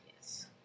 yes